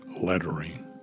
lettering